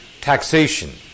taxation